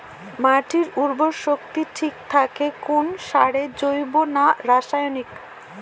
মাটির উর্বর শক্তি ঠিক থাকে কোন সারে জৈব না রাসায়নিক?